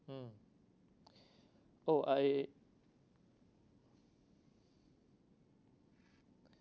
mm oh I